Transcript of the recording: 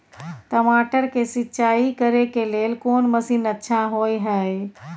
टमाटर के सिंचाई करे के लेल कोन मसीन अच्छा होय है